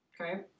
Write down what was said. okay